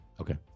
Okay